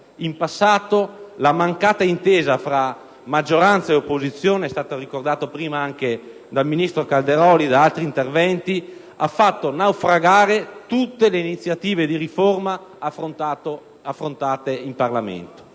in passato la mancata intesa tra maggioranza ed opposizione - è stato ricordato prima anche dal ministro Calderoli e da altri interventi - ha fatto naufragare tutte le iniziative di riforma affrontate in Parlamento.